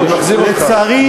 לצערי,